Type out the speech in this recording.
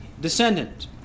descendant